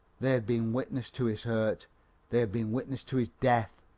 they had been witness to his hurt they had been witness to his death,